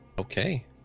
okay